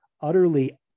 utterly